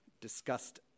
discussed